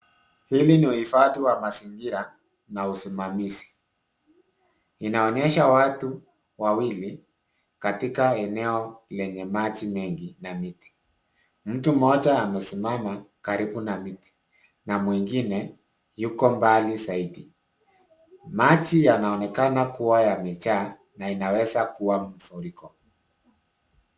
Hili ni uhifadhi wa mazingira na usimamizi. Inaonyesha watu wawili katika eneo lenye maji mengi na miti. Mtu mmoja amesimama karibu na miti na mwingine yuko mbali zaidi. Maji yanaonekana kuwa yamejaa na inaweza kuwa mfuriko.